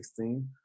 2016